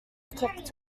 collect